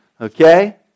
okay